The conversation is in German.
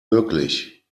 möglich